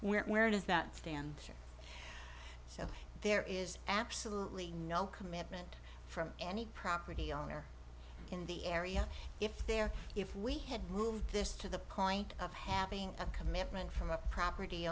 land where does that stand so there is absolutely no commitment from any property owner in the area if there if we had moved this to the point of having a commitment from a property